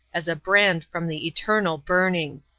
as a brand from the eternal burning.